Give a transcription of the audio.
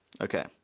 Okay